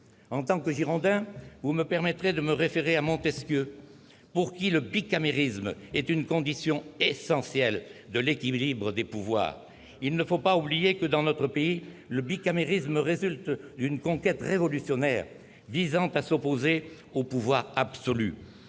En tant que Girondin, vous me permettrez de me référer à Montesquieu, pour qui le bicamérisme est une condition essentielle de l'équilibre des pouvoirs. Il ne faut pas oublier que, dans notre pays, le bicamérisme résulte d'une conquête révolutionnaire visant à s'opposer au pouvoir absolu